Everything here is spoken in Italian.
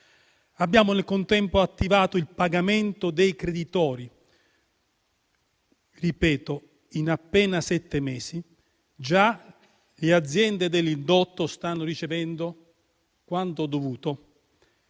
Abbiamo nel contempo attivato il pagamento dei creditori. Ripeto: in appena sette mesi già le aziende dell'indotto stanno ricevendo quanto dovuto.